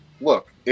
Look